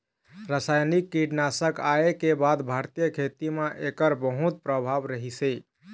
रासायनिक कीटनाशक आए के बाद भारतीय खेती म एकर बहुत प्रभाव रहीसे